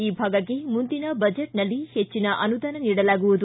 ಈ ಭಾಗಕ್ಕೆ ಮುಂದಿನ ಬಜೆಟ್ನಲ್ಲಿ ಹೆಚ್ಚನ ಅನುದಾನ ನೀಡಲಾಗುವುದು